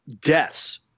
deaths